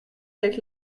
avec